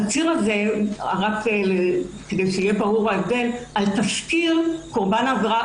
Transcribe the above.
כדי להבהיר את ההבדל בתסקיר קורבן העבירה